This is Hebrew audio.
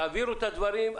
תעבירו את הדברים.